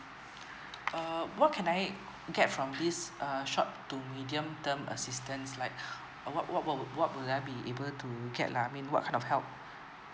uh what can I get from this uh short to medium term assistance like uh what what would what would I be able to get lah I mean what kind of help